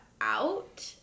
out